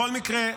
בכל מקרה,